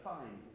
Fine